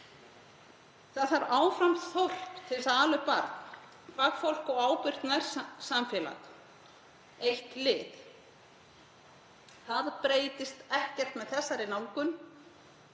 Það þarf áfram þorp til að ala upp barn, fagfólk og ábyrgt nærsamfélag. Eitt lið. Það breytist ekkert með þessari nálgun